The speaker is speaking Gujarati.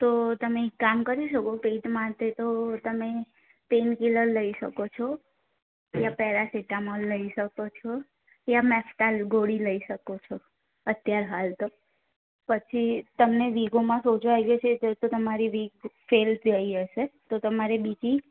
તો તમે એક કામ કરી શકો પેટ માટે તો તમે પેઇનકીલર લઈ શકો છો યા પેરાસીટામોલ લઈ શકો છો યા મેફટેલ ગોળી લઈ શકો છો અત્યાર હાલ તો પછી તમને વીગોમાં સોજો આય જાય છે તો તમારી વીગ ફેલ જઈ હશે તો તમારે બીજી